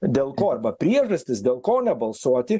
dėl ko arba priežastis dėl ko nebalsuoti